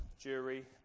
jury